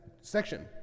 section